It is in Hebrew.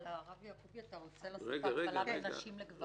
הרב יעקבי, אתה רוצה לעשות הבחנה בין נשים לגברים?